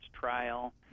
trial